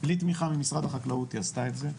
בלי תמיכה ממשרד החקלאות היא עשתה את זה,